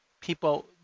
people